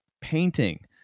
painting